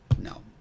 no